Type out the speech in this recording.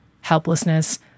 helplessness